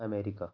America